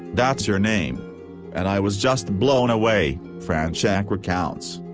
that's your name and i was just blown away, fronczak recounts.